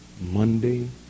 Monday